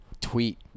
tweet